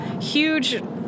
huge